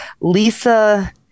Lisa